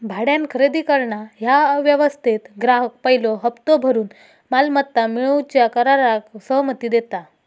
भाड्यान खरेदी करणा ह्या व्यवस्थेत ग्राहक पयलो हप्तो भरून मालमत्ता मिळवूच्या कराराक सहमती देता